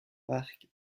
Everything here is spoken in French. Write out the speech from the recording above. park